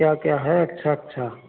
क्या क्या है अच्छा अच्छा